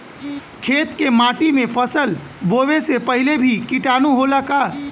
खेत के माटी मे फसल बोवे से पहिले भी किटाणु होला का?